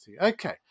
Okay